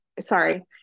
sorry